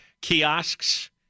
kiosks